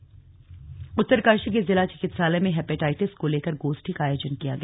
गोष्ठी उत्तरकाशी उत्तरकाशी के जिला चिकित्सालय में हेपेटाइटस को लेकर गोष्ठी का आयोजन किया गया